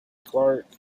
clark